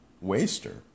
waster